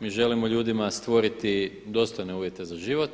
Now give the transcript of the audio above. Mi želimo ljudima stvoriti dostojne uvjete za život